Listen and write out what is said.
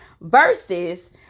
versus